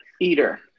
Eater